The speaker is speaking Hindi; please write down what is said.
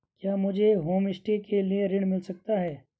क्या मुझे होमस्टे के लिए ऋण मिल सकता है?